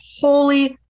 holy